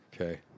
Okay